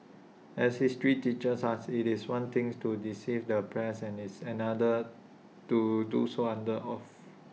as history teaches us IT is one things to deceive the press and is another to do so under oath